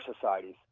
societies